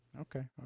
Okay